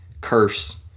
curse